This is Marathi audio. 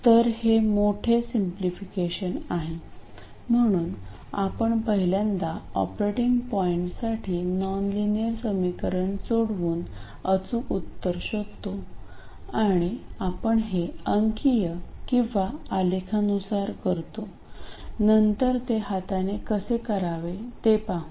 तर हे मोठे सिंपलिफिकेशन आहे म्हणून आपण पहिल्यांदा ऑपरेटिंग पॉईंटसाठी नॉनलिनियर समीकरण सोडवून अचूक उत्तर शोधतो आणि आपण हे अंकीय किंवा आलेखानुसार करतो नंतर ते हाताने कसे करावे ते पाहू